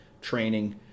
training